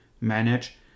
manage